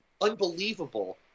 unbelievable